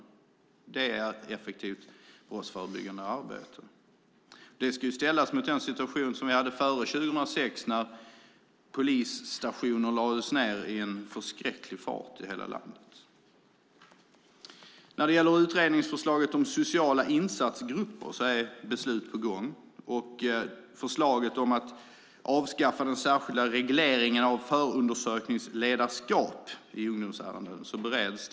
Det är ett effektivt brottsförebyggande arbete. Det ska ställas mot den situation som vi hade före 2006, då polisstationer lades ned i en förskräcklig fart i hela landet. När det gäller utredningsförslaget om sociala insatsgrupper är beslut på gång. Och förslaget om att avskaffa den särskilda regleringen av förundersökningsledarskap i ungdomsärenden bereds.